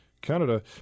Canada